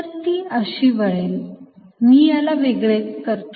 तर ही अशी वळेल मी याला वेगळे करतो